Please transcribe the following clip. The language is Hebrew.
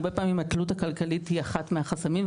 הרבה פעמים התלות הכלכלית היא אחת מהחסמים,